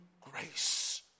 grace